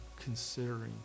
considering